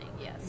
yes